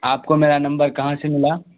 آپ کو میرا نمبر کہاں سے ملا